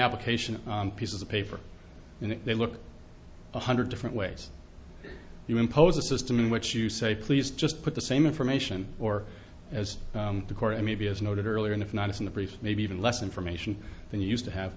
application of pieces of paper and they look one hundred different ways you impose a system in which you say please just put the same information or as the court i may be as noted earlier and if not it's in the briefs maybe even less information than you used to have